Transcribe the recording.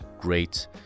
great